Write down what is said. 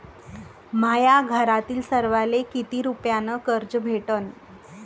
माह्या घरातील सर्वाले किती रुप्यान कर्ज भेटन?